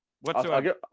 whatsoever